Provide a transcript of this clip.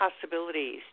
possibilities